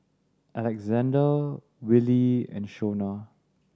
Alexande Wylie and Shona